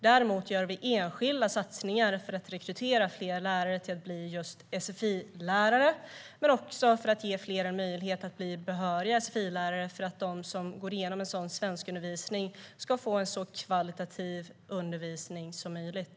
Däremot gör vi enskilda satsningar för att rekrytera fler lärare till just sfi-lärare och för att ge fler möjlighet att bli behöriga sfi-lärare så att de som går igenom en sådan svenskundervisning ska få en så kvalitativt bra undervisning som möjligt.